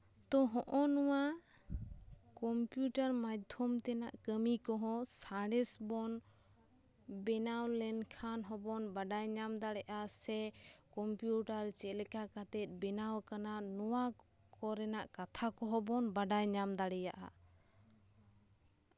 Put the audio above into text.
ᱛᱚ ᱦᱚᱸᱜᱼᱚ ᱱᱚᱣᱟ ᱠᱚᱢᱯᱤᱭᱩᱴᱟᱨ ᱢᱟᱫᱽᱫᱷᱚᱢ ᱛᱮᱱᱟᱜ ᱠᱟᱹᱢᱤ ᱠᱚᱦᱚᱸ ᱥᱟᱬᱮᱥ ᱵᱚᱱ ᱵᱮᱱᱟᱣ ᱞᱮᱱᱠᱷᱟᱱ ᱦᱚᱸᱵᱚᱱ ᱵᱟᱰᱟᱭ ᱧᱟᱢ ᱫᱟᱲᱮᱭᱟᱜᱼᱟ ᱥᱮ ᱠᱚᱢᱯᱤᱭᱩᱴᱟᱨ ᱪᱮᱫ ᱞᱮᱠᱟ ᱠᱟᱛᱮᱜ ᱵᱮᱱᱟᱣ ᱠᱟᱱᱟ ᱱᱚᱣᱟ ᱠᱚᱨᱮᱱᱟᱜ ᱠᱟᱛᱷᱟ ᱠᱚᱦᱚᱸ ᱵᱚᱱ ᱵᱟᱰᱟᱭ ᱧᱟᱢ ᱫᱟᱲᱮᱭᱟᱜᱼᱟ